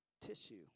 tissue